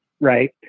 right